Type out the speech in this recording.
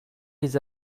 les